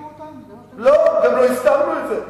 מה, רימיתם אותם, לא, גם לא הסתרנו את זה.